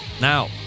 Now